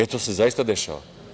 E, to se zaista dešava.